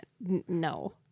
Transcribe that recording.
no